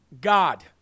God